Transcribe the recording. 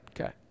Okay